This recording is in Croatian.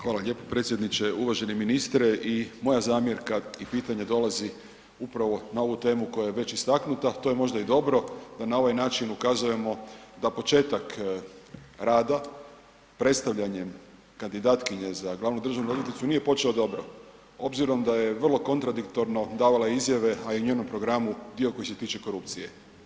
Hvala lijepo predsjedniče, uvaženi ministre i moja zamjerka i pitanje dolazi upravo na ovu tema koja je već istaknuta, to je možda i dobro da na ovaj način ukazujemo da početak rada predstavljanjem kandidatkinje za glavnu državnu odvjetnicu nije počeo dobro obzirom da je vrlo kontradiktorno davala izjava, a i u njenom programu, dio koji se tiče korupcije.